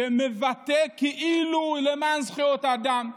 שמתבטא כאילו למען זכויות האדם,